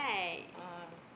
oh